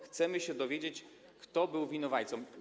Chcemy się dowiedzieć, kto był winowajcą.